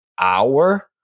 hour